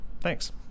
Thanks